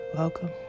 Welcome